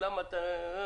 למה אתה --- די,